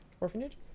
orphanages